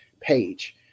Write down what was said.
page